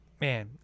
man